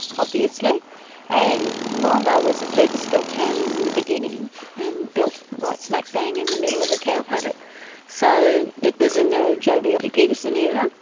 obviously and moranbah and was a purpose-built town in the beginning and built right smack bang in the middle of a cow paddock. so it was in the joh bjelke-petersen era,